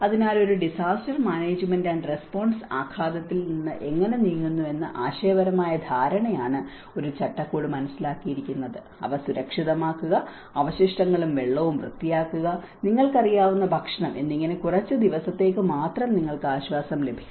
അതിനാൽ ഒരു disaster risk management and response ആഘാതത്തിൽ നിന്ന് എങ്ങനെ നീങ്ങുന്നു എന്ന ആശയപരമായ ധാരണയാണ് ഒരു ചട്ടക്കൂട് മനസ്സിലാക്കിയിരിക്കുന്നത് അവ സുരക്ഷിതമാക്കുക അവശിഷ്ടങ്ങളും വെള്ളവും വൃത്തിയാക്കുക നിങ്ങൾക്ക് അറിയാവുന്ന ഭക്ഷണം എന്നിങ്ങനെ കുറച്ച് ദിവസത്തേക്ക് മാത്രം നിങ്ങൾക്ക് ആശ്വാസം ലഭിക്കും